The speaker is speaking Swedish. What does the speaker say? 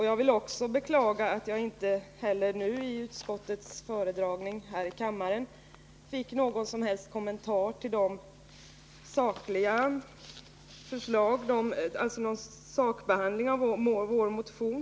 Jag vill också beklaga att jag inte heller nu i utskottets föredragning här i kammaren fick någon som helst sakbehandling av vår motion.